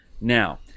Now